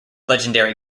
legendary